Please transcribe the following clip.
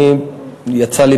יצא לי,